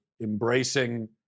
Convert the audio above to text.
embracing